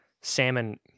Salmon